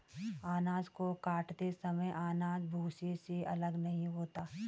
अनाज को काटते समय अनाज भूसे से अलग नहीं होता है